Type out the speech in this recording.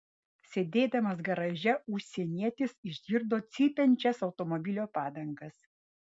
sėdėdamas garaže užsienietis išgirdo cypiančias automobilio padangas